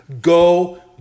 Go